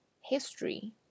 history